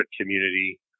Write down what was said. community